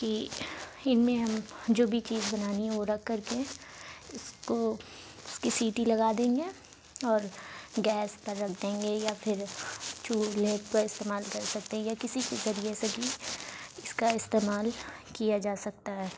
کہ ان میں ہم جو بھی چیز بنانی ہو وہ رکھ کر کے اس کو اس کی سیٹی لگا دیں گے اور گیس پر رکھ دیں گے یا پھر چولہے پر استعمال کر سکتے ہیں یا کسی بھی ذریعے سے بھی اس کا استعمال کیا جا سکتا ہے